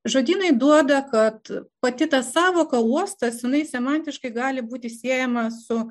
žodynai duoda kad pati ta sąvoka uostas jinai semantiškai gali būti siejama su